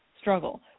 struggle